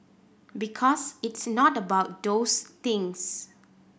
because it's not about those things